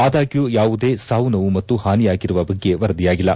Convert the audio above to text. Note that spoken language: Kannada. ಆದಾಗ್ಯೂ ಯಾವುದೇ ಸಾವು ನೋವು ಮತ್ತು ಹಾನಿಯಾಗಿರುವ ಬಗ್ಗೆ ವರದಿಯಾಗಿಲ್ಲ